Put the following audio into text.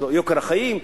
של יוקר החיים,